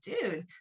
dude